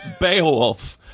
Beowulf